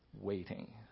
Waiting